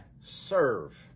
serve